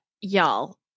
y'all